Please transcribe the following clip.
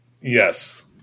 Yes